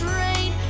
rain